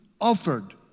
offered